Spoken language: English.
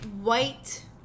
white